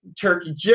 turkey